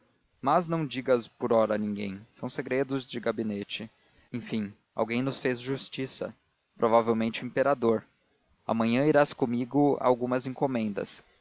mas não digas por ora a ninguém são segredos de gabinete é cousa certa enfim alguém nos fez justiça provavelmente o imperador amanhã irás comigo a algumas encomendas